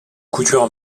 couture